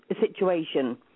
situation